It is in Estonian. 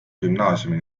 gümnaasiumi